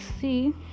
see